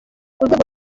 urwego